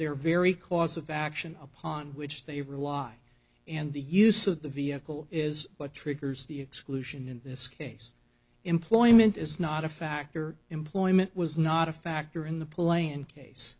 their very cause of action upon which they rely and the use of the vehicle is what triggers the exclusion in this case employment is not a factor employment was not a factor in the play and case